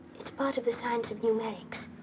it's part of the science of numerics.